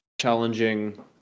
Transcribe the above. challenging